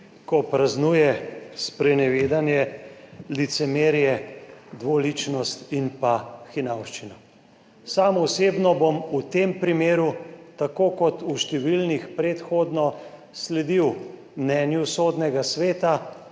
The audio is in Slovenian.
ko praznuje sprenevedanje, licemerje, dvoličnost in hinavščina. Sam osebno bom v tem primeru, tako kot v številnih predhodno, sledil mnenju Sodnega sveta